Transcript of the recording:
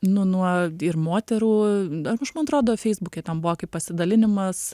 nu nuo ir moterų ir man atrodo feisbuke ten buvo kaip pasidalinimas